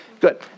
good